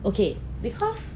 okay because